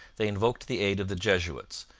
they invoked the aid of the jesuits,